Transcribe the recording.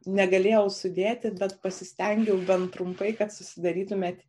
negalėjau sudėti bet pasistengiau bent trumpai kad susidarytumėt